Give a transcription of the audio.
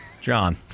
John